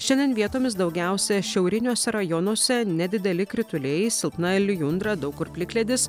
šiandien vietomis daugiausia šiauriniuose rajonuose nedideli krituliai silpna lijundra daug kur plikledis